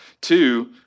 Two